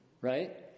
right